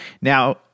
Now